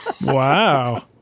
Wow